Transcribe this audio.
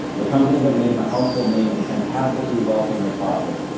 a company that made him a household name and fantastically wealthy in the process.